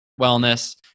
wellness